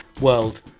World